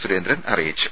സുരേന്ദ്രൻ അറിയിച്ചു